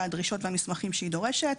הדרישות והמסמכים שהיא דורשת.